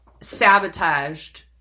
sabotaged